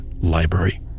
library